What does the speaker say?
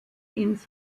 ins